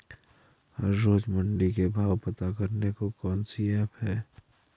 हर रोज़ मंडी के भाव पता करने को कौन सी ऐप है?